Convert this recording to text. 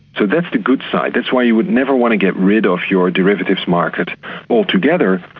so that's the good side, that's why you would never want to get rid of your derivatives market altogether,